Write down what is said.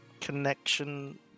connection